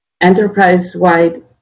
enterprise-wide